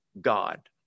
God